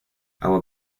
agua